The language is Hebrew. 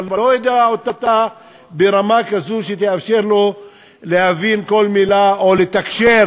אבל לא יודע אותה ברמה כזו שתאפשר לו להבין כל מילה או לתקשר